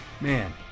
Man